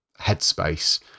headspace